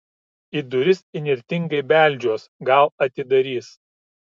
į duris įnirtingai beldžiuos gal atidarys